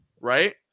right